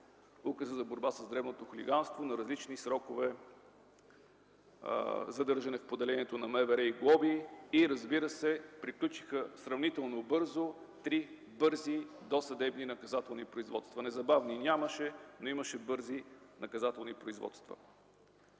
Указа за борба с дребното хулиганство на различни срокове, задържане в поделенията на МВР и глоби, и приключиха сравнително бързо три бързи досъдебни наказателни производства. Незабавни нямаше, но имаше бързи наказателни производства.